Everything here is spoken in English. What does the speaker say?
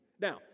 Now